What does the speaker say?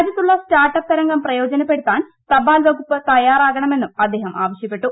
രാജ്യത്തുള്ള start up തരംഗം പ്രയോജനപ്പെടുത്താൻ തപാൽവകുപ്പ് തയ്യാറാകണമെന്നും അദ്ദേഹം ആവശ്യപ്പെട്ടു